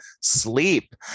sleep